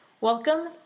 Welcome